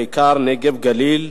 בעיקר נגב-גליל.